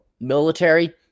military